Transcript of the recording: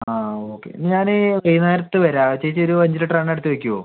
ആ ഓക്കെ ഞാന് ഈ നേരിട്ട് വരാം ചേച്ചി ഒരു അഞ്ച് ലിറ്റർ എണ്ണ എടുത്ത് വയ്ക്കുവോ